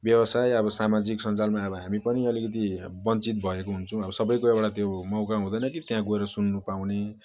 व्यवसाय अब सामाजिक सन्जालमा अब हामी पनि अलिकति वञ्चित भएको हुन्छौँ अब सबकुराबाट त्यो मौका हुँदैन कि त्यहाँ गएर सुन्नु पाउने